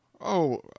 Oh